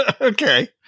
Okay